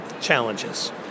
challenges